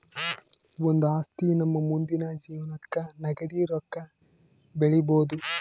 ಒಂದು ಆಸ್ತಿ ನಮ್ಮ ಮುಂದಿನ ಜೀವನಕ್ಕ ನಗದಿ ರೊಕ್ಕ ಬೆಳಿಬೊದು